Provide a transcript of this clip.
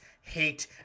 hate